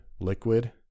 Liquid